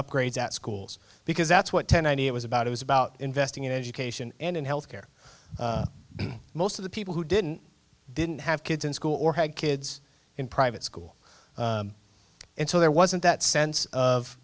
upgrades at schools because that's what ten ninety eight was about it was about investing in education and in health care most of the people who didn't didn't have kids in school or had kids in private school and so there wasn't that sense of